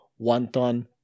wonton